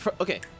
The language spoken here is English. okay